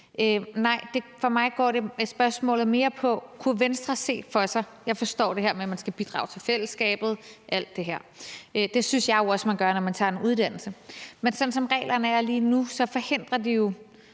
går for mig mere på, om Venstre kunne se noget andet for sig. Jeg forstår det her med, at man skal bidrage til fællesskabet og alt det her, og det synes jeg jo også man gør, når man tager en uddannelse. Men sådan som reglerne er lige nu, forhindrer det jo